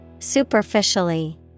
Superficially